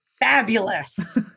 Fabulous